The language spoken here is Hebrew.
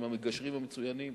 עם המגשרים המצוינים,